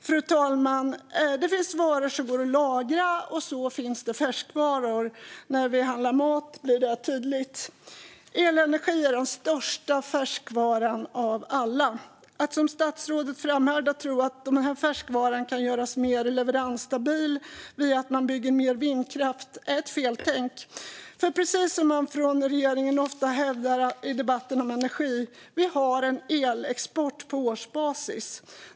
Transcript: Fru talman! Det finns varor som går att lagra, och så finns det färskvaror. När vi handlar mat blir det tydligt. Elenergi är den största färskvaran av alla. Att tro, som statsrådet framhärdar med, att denna färskvara kan göras mer leveransstabil via att man bygger mer vindkraft är ett feltänk. Precis som man från regeringen ofta hävdar i energidebatten har vi en elexport på årsbasis.